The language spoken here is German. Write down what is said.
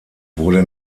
wurde